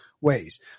ways